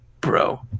Bro